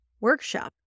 workshop